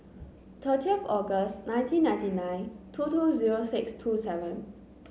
thirty of August nineteen ninety nine two two zero six two seven